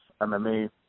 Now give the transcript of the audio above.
MMA